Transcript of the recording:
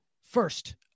First